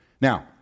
Now